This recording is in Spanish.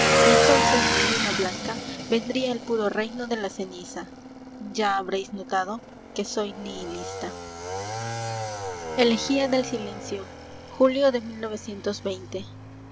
y entonces luna blanca vendría el puro reino de la ceniza ya habréis notado que soy nihilista elegia del s i l